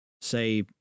say